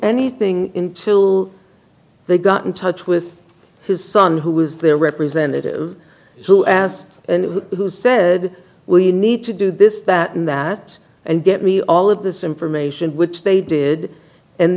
anything until they got in touch with his son who was their representative so as who said we need to do this that and that and get me all of this information which they did and